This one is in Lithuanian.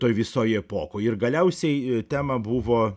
toj visoj epokoj ir galiausiai e tema buvo